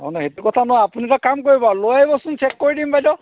অঁ নহয় সেইটো কথা নহয় আপুনি এটা কাম কৰিব লৈ আহিবচোন চেক কৰি দিম বাইদেউ